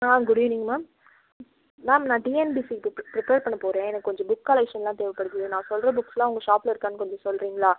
good evening ma'am ma'am நான் டிஎன்பிஎஸ்சிக்கு பிப் பிரிப்பேர் பண்ண போகிறேன் எனக்கு கொஞ்சம் புக் காலெக்க்ஷன்லாம் தேவைப்படுது நான் சொல்கிற புக்ஸ்லாம் உங்கள் ஷாப்பில் இருக்கான்னு கொஞ்சம் சொல்றீங்களா